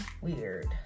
Weird